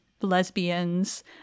lesbians